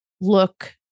look